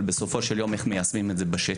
אבל בסופו של יום איך מיישמים את זה בשטח.